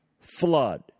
flood